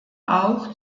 auch